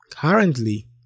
Currently